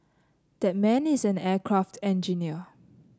that man is an aircraft engineer